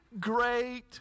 great